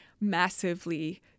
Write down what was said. massively